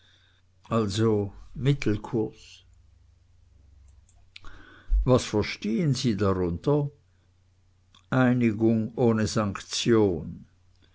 also mittelkurs was verstehen sie darunter einigung ohne sanktion